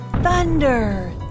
Thunder